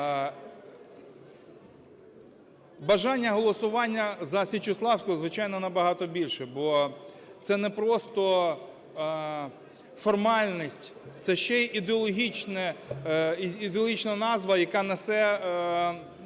Бажання голосувати за Січеславську, звичайно, набагато більше, бо це не просто формальність, це ще й ідеологічна назва, яка несе